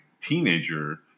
teenager